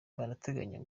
barateganya